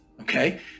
Okay